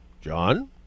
John